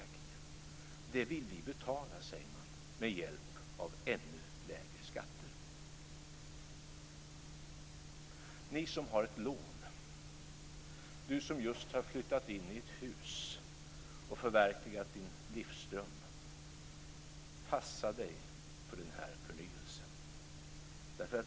Detta vill vi betala, säger man, med hjälp av ännu lägre skatter. Ni som har ett lån, du som just har flyttat in i ett hus och förverkligat din livsdröm, passa dig för denna förnyelse!